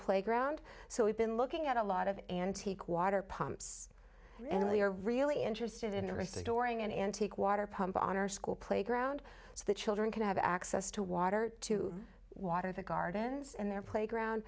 playground so we've been looking at a lot of antique water pumps and we're really interested in restoring an antique water pump on our school playground so that children can have access to water to water the gardens and their playground